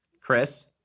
Chris